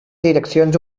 direccions